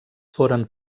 foren